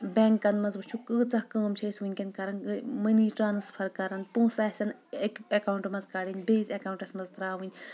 بینکن منٛز وٕچھو کۭژاہ کٲم چھِ أسۍ ؤنکیٚن کران منی ٹرانسفر کران پونٛسہِ آسَن اکہِ اکاونٹہٕ منٛز کڑٕنۍ بیٚیِس اکاونٹس منٛز ترٛاوٕنۍ